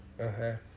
Okay